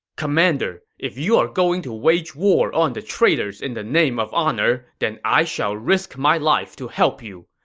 commander, if you are going to wage war on the traitors in the name of honor, then i shall risk my life to help you.